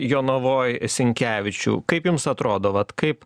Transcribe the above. jonavoj sinkevičių kaip jums atrodo vat kaip